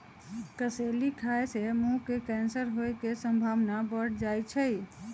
कसेली खाय से मुंह के कैंसर होय के संभावना बढ़ जाइ छइ